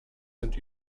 sind